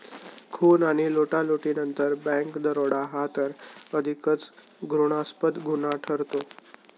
खून आणि लुटालुटीनंतर बँक दरोडा हा तर अधिकच घृणास्पद गुन्हा ठरतो